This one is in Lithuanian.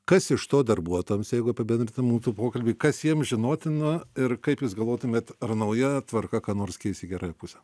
kas iš to darbuotojams jeigu apibendrintume mūsų pokalbį kas jiems žinotina ir kaip jūs galvotumėt ar nauja tvarka ką nors keis į gerąją pusę